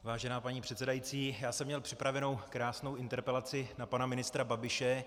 Vážená paní předsedající, já jsem měl připravenu krásnou interpelaci na pana ministra Babiše.